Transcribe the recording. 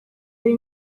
hari